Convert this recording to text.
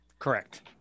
Correct